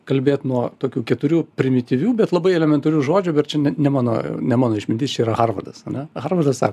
kalbėt nuo tokių keturių primityvių bet labai elementarių žodžių bet čia ne mano ne mano išmintis čia yra harvardas ane harvardas sa